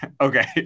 Okay